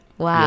Wow